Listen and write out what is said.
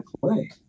play